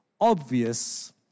obvious